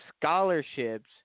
scholarships